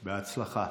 בהצלחה.